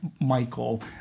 Michael